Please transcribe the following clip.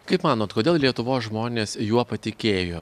kaip manot kodėl lietuvos žmonės juo patikėjo